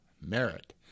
merit